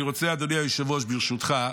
אני רוצה, אדוני היושב-ראש, ברשותך,